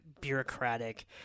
bureaucratic